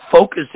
focus